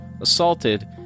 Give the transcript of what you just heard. assaulted